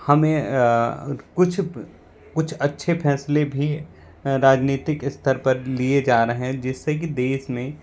हमें कुछ कुछ अच्छे फैसले भी राजनीतिक स्तर पर लिए जा रहे हैं जिससे कि देश में